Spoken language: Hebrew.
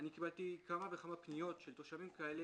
קיבלנו כמה וכמה פניות מתושבים כאלה,